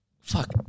Fuck